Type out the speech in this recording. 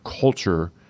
culture